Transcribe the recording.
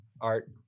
Art